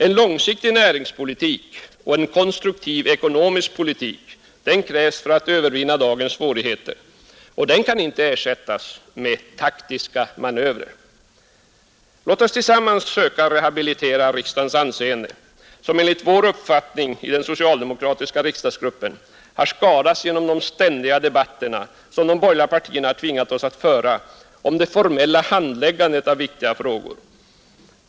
En långsiktig näringspolitik och en konstruktiv ekonomisk politik krävs för att övervinna dagens svårigheter och kan inte ersättas av taktiska manövrer. Låt oss tillsammans söka rehabilitera riksdagens anseende, som enligt vår uppfattning i den socialdemokratiska riksdagsgruppen har skadats genom de ständiga debatter som de borgerliga partierna tvingat oss att föra om det formella handläggandet av viktiga frågor.